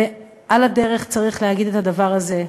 ועל הדרך צריך להגיד את הדבר הזה,